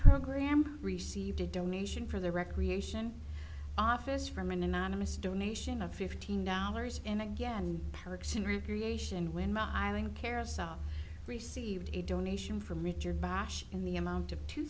program received a donation for the recreation office from an anonymous donation of fifteen dollars in again parks and recreation when mai ling carousel received a donation from richard bash in the amount of two